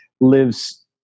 lives